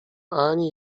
ani